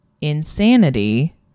insanity